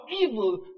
evil